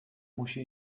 musi